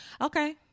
okay